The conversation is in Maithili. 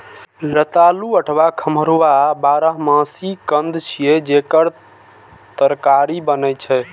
रतालू अथवा खम्हरुआ बारहमासी कंद छियै, जेकर तरकारी बनै छै